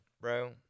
bro